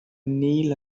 kneel